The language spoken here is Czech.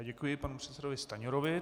Děkuji panu předsedovi Stanjurovi.